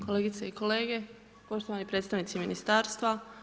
Kolegice i kolege, poštovani predstavnici ministarstva.